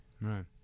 right